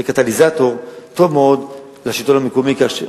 זה קטליזטור טוב מאוד לשלטון המקומי.